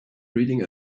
reading